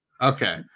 Okay